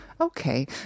okay